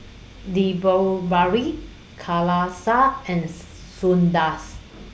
and